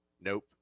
Nope